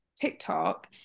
TikTok